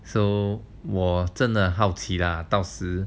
so 我真的好奇 lah 到时